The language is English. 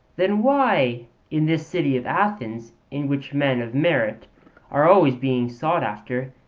then why in this city of athens, in which men of merit are always being sought after,